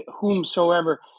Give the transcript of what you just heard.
whomsoever